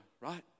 right